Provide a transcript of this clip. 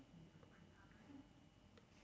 the sign towards north beach lah